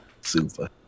Super